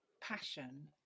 passion